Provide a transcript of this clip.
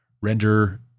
render